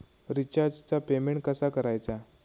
रिचार्जचा पेमेंट कसा करायचा?